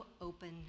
open